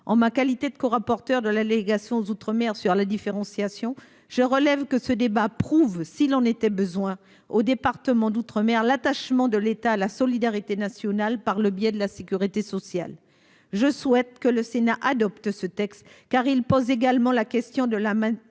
en ma qualité de co-, rapporteur de l'allégation outre-mer sur la différenciation je relève que ce débat prouve, s'il en était besoin au département d'outre-mer l'attachement de l'État, la solidarité nationale, par le biais de la sécurité sociale. Je souhaite que le Sénat adopte ce texte car il pose également la question de la, de